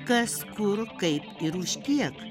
kas kur kaip ir už kiek